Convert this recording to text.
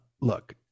look